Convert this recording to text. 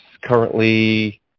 currently